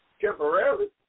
Temporarily